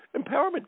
empowerment